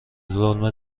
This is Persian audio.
دلمه